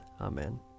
Amen